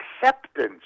acceptance